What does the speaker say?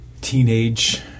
teenage